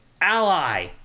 Ally